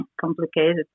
complicated